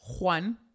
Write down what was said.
Juan